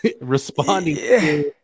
responding